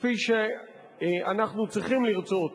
כפי שאנחנו צריכים לרצות